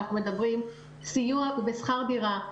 על סיוע בשכר דירה,